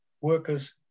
workers